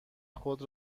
خود